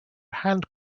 hand